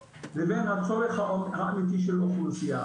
לבין הצורך האמיתי של האוכלוסייה.